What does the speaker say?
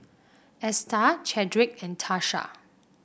Esta Chadrick and Tasha